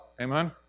Amen